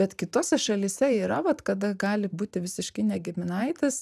bet kitose šalyse yra vat kada gali būti visiškai ne giminaitis